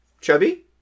Chubby